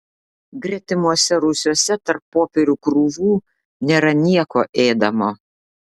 gretimuose rūsiuose tarp popierių krūvų nėra nieko ėdamo